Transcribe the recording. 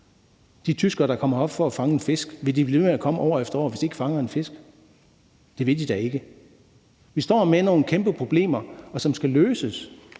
de tyskere, der kommer herop for at fange en fisk, blive ved med at komme år efter år, hvis de ikke fanger nogen fisk? Det vil de da ikke. Vi står med nogle kæmpe problemer, som skal løses.